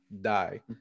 die